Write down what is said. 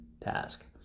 task